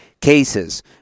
cases